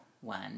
One